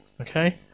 Okay